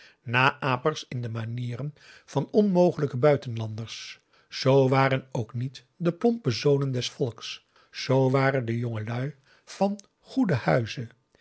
naäpers in de manieren van onmogelijke buitenlanders z waren ook niet de plompe zonen des volks z waren de jongelui van goeden huize